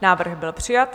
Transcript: Návrh byl přijat.